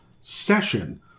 session